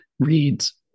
reads